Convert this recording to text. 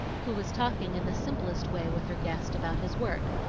who was talking in the simplest way with her guest about his work,